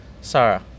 Sarah